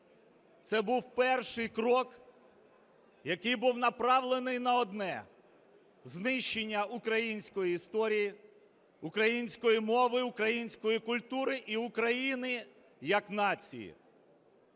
це був перший крок, який був направлений на одне – знищення української історії, української мови, української культури і України як нації.